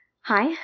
Hi